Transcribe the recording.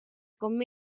com